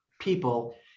people